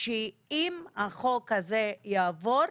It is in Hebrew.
אם החוק הזה יעבור,